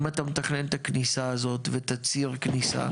אם אתה מתכנן את הכניסה הזאת ואת ציר הכניסה,